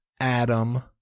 Adam